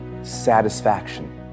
satisfaction